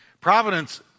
Providence